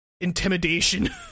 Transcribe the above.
intimidation